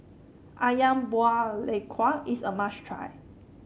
ayam Buah Keluak is a must try